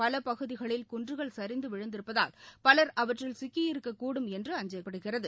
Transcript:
பல பகுதிகளில் குன்றுகள் சிந்து விழுந்திருப்பதால் பவர் அவற்றில் சிக்கியிருக்கக்கூடும் என்று அஞ்சப்படுகிறது